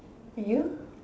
you